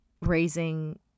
raising